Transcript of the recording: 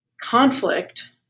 conflict